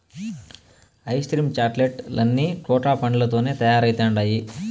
ice cream chocolate లన్నీ cocoa పండ్లతోనే తయారైతండాయి